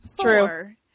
Four